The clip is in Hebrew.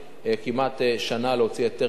לוקח כמעט שנה להוציא היתר בנייה,